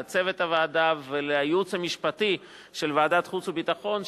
לצוות הוועדה ולייעוץ המשפטי של ועדת החוץ והביטחון,